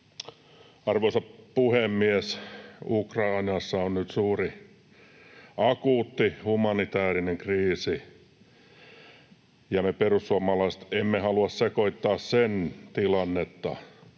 Arvoisa puhemies! Ukrainassa on nyt suuri, akuutti, humanitäärinen kriisi, ja me perussuomalaiset emme halua sekoittaa sen tilannetta